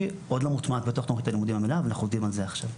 היא עוד לא מוטמעת בתוך תוכנית הלימודים ואנחנו עובדים על זה עכשיו.